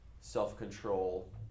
self-control